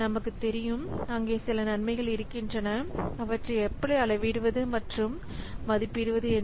நமக்கு தெரியும் அங்கே சில நன்மைகள் இருக்கின்றன அவற்றை எப்படி அளவிடுவது மற்றும் மதிப்பிடுவது என்று